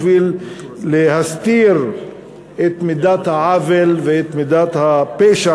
בשביל להסתיר את מידת העוול ואת מידת הפשע,